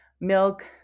milk